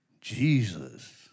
Jesus